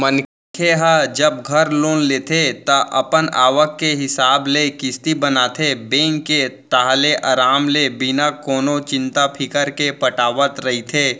मनखे ह जब घर लोन लेथे ता अपन आवक के हिसाब ले किस्ती बनाथे बेंक के ताहले अराम ले बिना कोनो चिंता फिकर के पटावत रहिथे